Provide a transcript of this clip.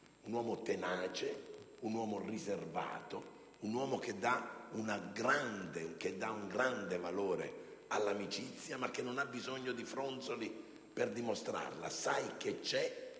un uomo tenace, riservato, un uomo che dà un grande valore all'amicizia ma che non ha bisogno di fronzoli per dimostrarla: sai che la